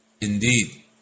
Indeed